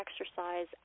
exercise